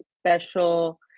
special